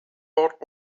bought